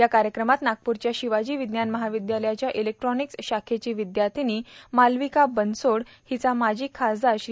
या कार्यक्रमात नागपूरच्या शिवाजी विज्ञान महाविद्यालयाच्या इलेक्ट्रानिक्स शाखेची विद्यार्थिनी मालविका बनसोड हिचा माजी खासदार श्री